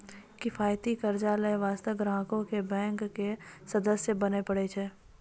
किफायती कर्जा लै बास्ते ग्राहको क बैंक के सदस्य बने परै छै